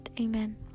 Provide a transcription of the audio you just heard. Amen